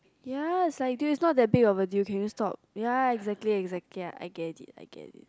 ya is like dude is not that big of the deal can you stop ya exactly exactly I get it I get it